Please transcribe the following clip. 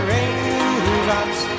Raindrops